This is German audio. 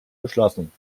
geschlossen